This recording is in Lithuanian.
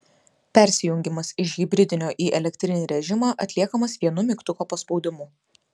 persijungimas iš hibridinio į elektrinį režimą atliekamas vienu mygtuko paspaudimu